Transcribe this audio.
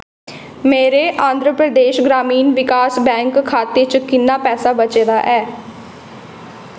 मेरे आंध्र प्रदेश ग्रामीण विकास बैंक खाते च किन्ना पैसा बचे दा ऐ